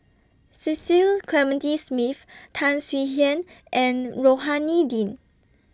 Cecil Clementi Smith Tan Swie Hian and Rohani Din